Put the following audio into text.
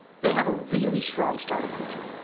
they have a really strong startup culture,